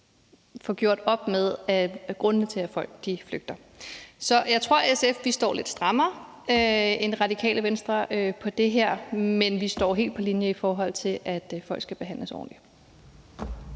få gjort op med grundene til, at folk flygter. Så jeg tror, SF står lidt strammere end Radikale Venstre på det her, men vi står helt på linje, i forhold til at folk skal behandles ordentligt.